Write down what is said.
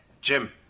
Jim